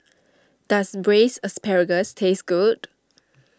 does Braised Asparagus taste good